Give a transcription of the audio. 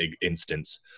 instance